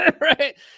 Right